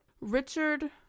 Richard